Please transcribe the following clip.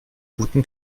guten